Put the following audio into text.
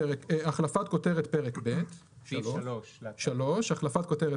החלפת כותרת פרק ב' --- סעיף 3. החלפת כותרת